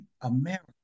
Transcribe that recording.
America